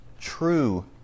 true